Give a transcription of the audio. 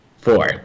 Four